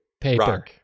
paper